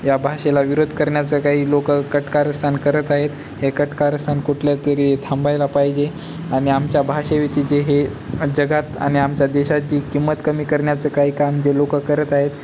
या भाषेला विरोध करण्याचा काही लोकं कटकारस्थान करत आहेत हे कटकारस्थान कुठल्या तरी थांबायला पाहिजे आणि आमच्या भाषेचे जे हे जगात आणि आमच्या देशात जी किंमत कमी करण्याचं काही काम जे लोकं करत आहेत